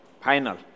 Final